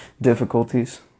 difficulties